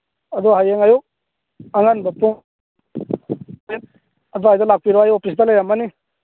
ꯑꯗꯣ ꯍꯌꯦꯡ ꯑꯌꯨꯛ ꯑꯉꯟꯕ ꯄꯨꯡ ꯑꯗ꯭ꯋꯥꯏꯗ ꯂꯥꯛꯄꯤꯔꯣ ꯑꯩ ꯑꯣꯐꯤꯁꯇ ꯂꯩꯔꯝꯃꯅꯤ